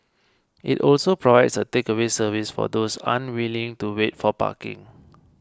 it also provides a takeaway service for those unwilling to wait for parking